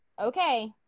okay